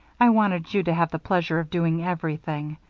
i wanted you to have the pleasure of doing everything.